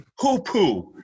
Hoopoo